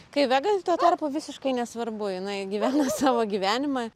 kai vega tuo tarpu visiškai nesvarbu jinai gyvena savo gyvenimą